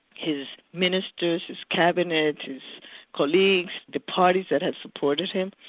his ministers, his cabinet, his colleagues, the parties that have supported him,